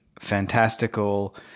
Fantastical